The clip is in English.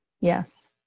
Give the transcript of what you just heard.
Yes